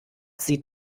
sieht